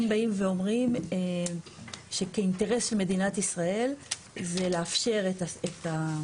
הם באים ואומרים שכאינטרס של מדינת ישראל זה לאפשר את,